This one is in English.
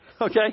okay